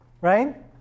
right